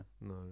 No